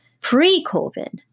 pre-COVID